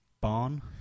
barn